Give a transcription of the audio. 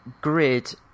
grid